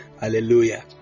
hallelujah